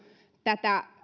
tätä